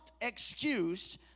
excuse